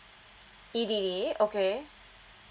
E_D okay